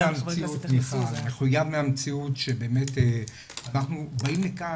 מחויב מהמציאות שבאמת אנחנו באים לכאן,